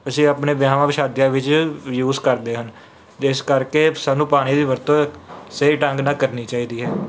ਅਸੀਂ ਆਪਣੇ ਵਿਆਹਾਂ ਸ਼ਾਦੀਆਂ ਵਿੱਚ ਯੂਜ਼ ਕਰਦੇ ਹਨ ਜਿਸ ਕਰਕੇ ਸਾਨੂੰ ਪਾਣੀ ਦੀ ਵਰਤੋਂ ਸਹੀ ਢੰਗ ਨਾਲ ਕਰਨੀ ਚਾਹੀਦੀ ਹੈ